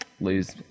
lose